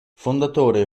fondatore